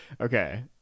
Okay